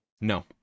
No